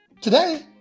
today